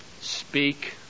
Speak